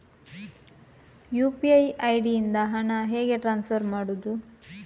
UPI ID ಇಂದ ಹಣ ಹೇಗೆ ಟ್ರಾನ್ಸ್ಫರ್ ಮಾಡುದು?